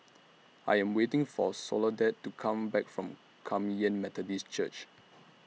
I Am waiting For Soledad to Come Back from Kum Yan Methodist Church